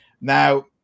Now